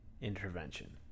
intervention